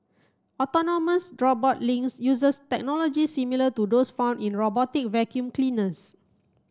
autonomous robot Lynx uses technology similar to those found in robotic vacuum cleaners